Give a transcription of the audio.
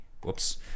whoops